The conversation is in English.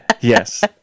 Yes